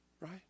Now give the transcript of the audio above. Right